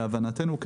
להבנתנו,